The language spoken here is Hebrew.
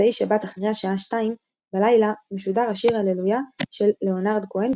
במוצאי שבת אחרי השעה 0200 משודר השיר "הללויה" של לאונרד כהן,